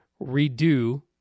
redo